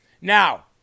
now